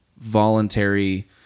voluntary